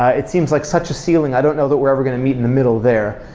it seems like such a ceiling. i don't know that we're ever going to meet in the middle there.